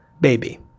baby